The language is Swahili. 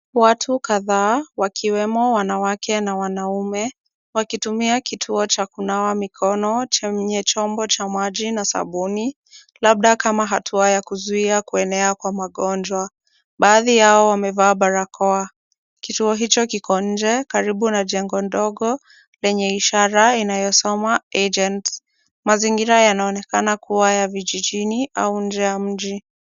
Watu kadhaa wakiwemo wanawake na wanaume wakitumia kituo cha kunawa mikono chenye chombo cha maji na sabuni labda kama hatua ya kuzuia kuenea kwa magonjwa. Baadhi yao wamevaa barakoa. Kituo hicho kiko nje karibu na jengo ndogo lenye ishara inayosoma agent . Mazingira yanaonekana kuwa ya vijijini au nje ya mji.